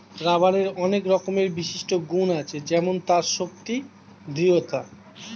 রাবারের অনেক রকমের বিশিষ্ট গুন্ আছে যেমন তার শক্তি, দৃঢ়তা